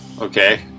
Okay